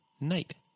night